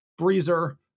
Breezer